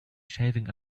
shaving